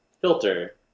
filter